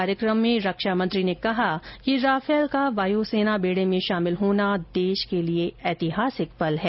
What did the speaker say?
कार्यक्रम में रक्षामंत्री राजनाथ सिंह ने कहा कि राफेल का वायुसेना बेड़े में शामिल होना देश के लिए ऐतिहासिक पल है